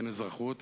אין אזרחות,